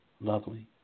lovely